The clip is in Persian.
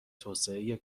توسعه